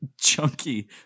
chunky